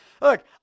Look